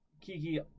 Kiki